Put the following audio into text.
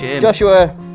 Joshua